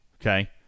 Okay